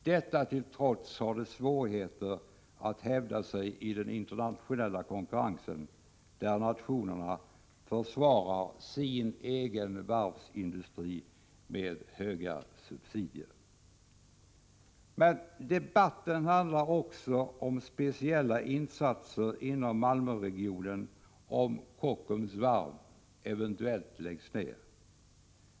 Detta till trots har det svårigheter att hävda sig i den internationella konkurrensen, där nationerna försvarar sina egna varvsindustrier med omfattande subsidier. Men debatten handlar också om speciella insatser inom Malmöregionen om Kockums varv eventuellt läggs ner.